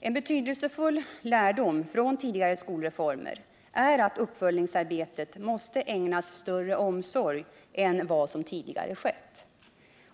En betydelsefull lärdom från tidigare skolreformer är att uppföljningsarbetet måste ägnas större omsorg än vad som tidigare skett.